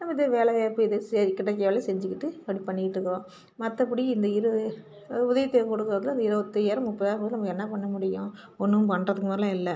நமக்கு வேலைவாய்ப்பு ஏதோ சரி கிடைக்கிற வேலையை செஞ்சுக்கிட்டு அப்படி பண்ணிக்கிட்டு இருக்கிறோம் மற்றபடி இந்த இருவ உதவித்தொகை கொடுக்கறதுல இந்த இருபத்தையாயிரம் முப்பதாயிரம் கொடுக்குறதுல நம்ம என்ன பண்ண முடியும் ஒன்றும் பண்ணுறதுக்கு மாதிரிலாம் இல்லை